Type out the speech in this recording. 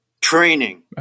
training